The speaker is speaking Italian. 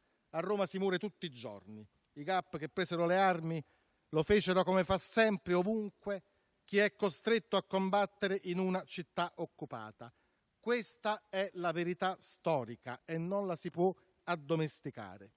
di azione patriottica (GAP) che presero le armi lo fecero come fa sempre, ovunque, chi è costretto a combattere in una città occupata. Questa è la verità storica e non la si può addomesticare.